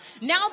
Now